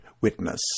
witness